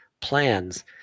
plans